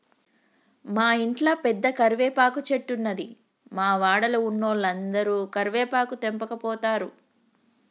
మా ఇంట్ల పెద్ద కరివేపాకు చెట్టున్నది, మా వాడల ఉన్నోలందరు కరివేపాకు తెంపకపోతారు